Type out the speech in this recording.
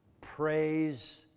Praise